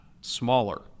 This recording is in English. smaller